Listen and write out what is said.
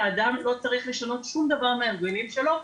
אדם לא צריך לשנות שום דבר מההרגלים שלו,